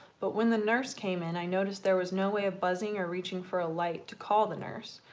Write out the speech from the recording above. but when the nurse came in i noticed there was no way of buzzing or reaching for a light to call the nurse.